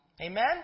Amen